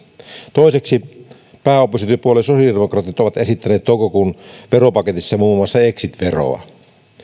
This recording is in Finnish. toiseksi pääoppositiopuolue sosiaalidemokraatit ovat esittäneet toukokuun veropaketissa muun muassa exit veroa